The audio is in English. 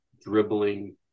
dribbling